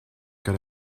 got